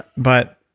but